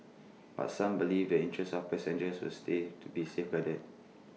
but some believe the interests of passengers will stay to be safeguarded